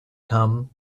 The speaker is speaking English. come